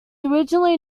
originally